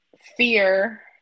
fear